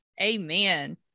Amen